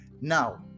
Now